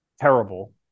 terrible